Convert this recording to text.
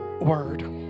word